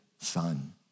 son